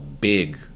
big